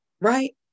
right